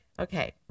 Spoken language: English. Okay